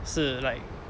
是 like